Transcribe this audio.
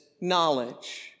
knowledge